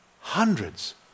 Hundreds